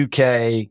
UK